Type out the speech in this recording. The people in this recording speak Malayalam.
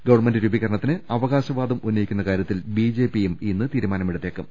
ഗവൺമെന്റ് രൂപീകരണത്തിന് അവകാശവാദം ഉന്നയിക്കുന്ന കാര്യത്തിൽ ബിജെപിയും ഇന്ന് തീരുമാനമെടുത്തേക്കും